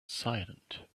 silent